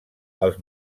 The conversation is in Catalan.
als